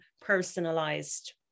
personalized